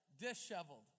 Disheveled